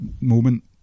moment